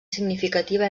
significativa